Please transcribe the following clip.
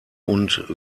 und